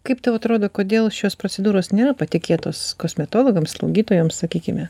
kaip tau atrodo kodėl šios procedūros nėra patikėtos kosmetologams gydytojams sakykime